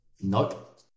Nope